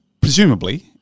presumably